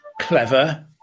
clever